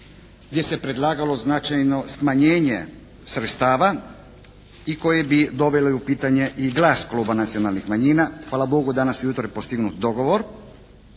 gdje se predlagalo značajno smanjenje sredstava i koje bi dovelo u pitanje i glas Kluba nacionalnih manjina. Hvala Bogu danas ujutro je postignut dogovor.